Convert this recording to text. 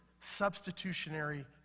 substitutionary